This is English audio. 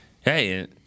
hey